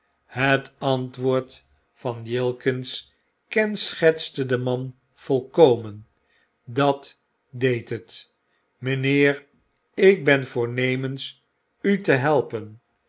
het antwoord van jilkins kenschetste den man volkomen dat deed het mijnheer ik ben voornemens u te helpen